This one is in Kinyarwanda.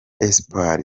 espoir